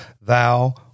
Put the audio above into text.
thou